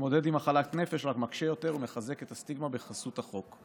מתמודד עם מחלת נפש רק מקשה יותר ומחזק את הסטיגמה בחסות החוק.